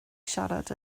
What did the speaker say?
siarad